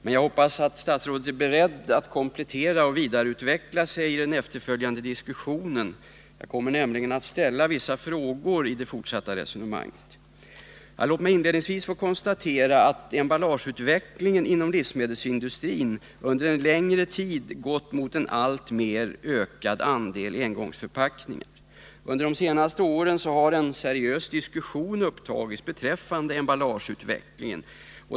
Men jag hoppas att statsrådet är beredd att komplettera och vidareutveckla sig i den efterföljande diskussionen. Jag kommer nämligen att ställa vissa frågor i det fortsatta resonemanget. Låt mig inledningsvis få konstatera att emballageutvecklingen inom livsmedelsindustrin under en längre tid gått mot en alltmer ökad andel engångsförpackningar. Under de senaste åren har en seriös diskussion upptagits beträffande emballageutvecklingen.